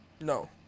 No